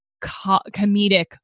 comedic